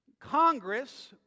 Congress